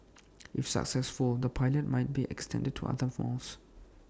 if successful the pilot might be extended to other malls